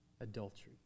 adultery